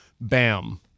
bam